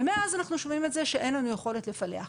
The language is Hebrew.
ומאז אנחנו שומעים את זה שאין לכם יכולת לפלח.